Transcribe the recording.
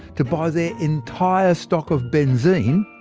to buy their entire stock of benzene,